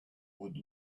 would